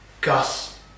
Gus